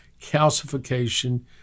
calcification